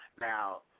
Now